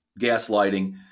gaslighting